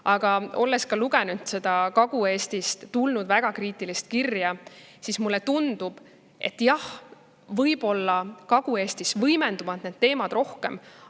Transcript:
Aga olles lugenud seda Kagu-Eestist tulnud väga kriitilist kirja, tundub mulle, et jah, võib-olla Kagu-Eestis võimenduvad need teemad rohkem,